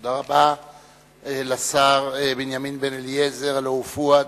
תודה רבה לשר בנימין בן-אליעזר, הלוא הוא פואד.